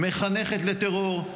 מחנכת לטרור,